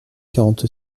quarante